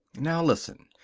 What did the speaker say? now listen.